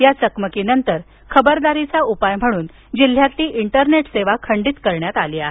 या चकमकीनंतर खबरदारीचा उपाय म्हणून जिल्ह्यातील इन्टरनेट सेवा खंडित करण्यात आली आहे